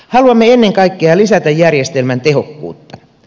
haluamme ennen kaikkea lisätä järjestelmän tehokkuutta